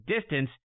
DISTANCE